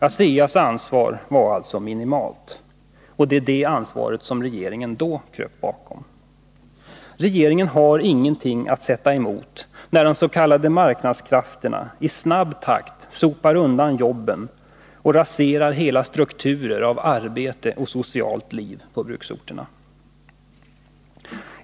ASEA: s ansvar var alltså minimalt, och det är detta ansvar som regeringen då kröp bakom. Regeringen har ingenting att sätta emot när de s.k. marknadskrafterna i snabb takt sopar undan jobben och raserar hela strukturer av arbete och socialt liv på bruksorterna.